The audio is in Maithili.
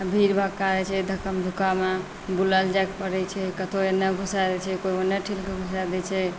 भीड़ भड़क्का रहै छै धक्कमधुक्कामे बुलल जाइके पड़ै छै कतहु एन्ने घुसिआ दै छै तऽ कोइ ओन्ने ट्रेनके घुसा दै छै